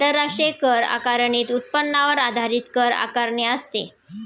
आंतरराष्ट्रीय कर आकारणीत उत्पन्नावर आधारित कर आकारणी असते